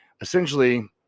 essentially